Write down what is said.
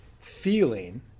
feeling